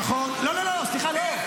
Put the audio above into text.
נכון, לא לא לא, סליחה, לא.